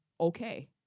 okay